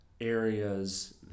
Areas